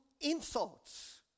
insults